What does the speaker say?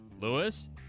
Lewis